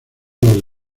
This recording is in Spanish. los